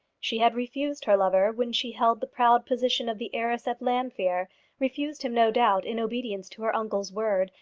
she had refused her lover when she held the proud position of the heiress of llanfeare refused him, no doubt, in obedience to her uncle's word,